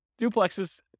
duplexes